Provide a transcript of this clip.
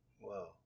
Wow